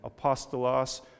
Apostolos